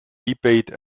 debate